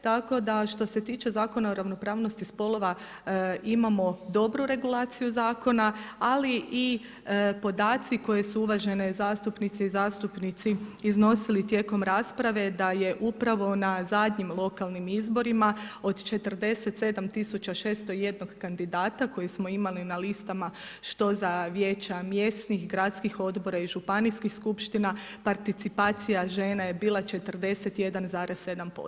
Tako da što se tiče Zakona o ravnopravnosti spolova imamo dobru regulaciju zakona, ali i podaci koje su uvažene zastupnice i zastupnici iznosili tijekom rasprave da je upravo na zadnjim lokalnim izborima od 47601 kandidata koji smo imali na listama što za vijeća mjesnih, gradskih odbora i županijskih skupština participacija žena je bila 41,7%